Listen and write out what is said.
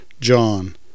John